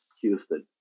Houston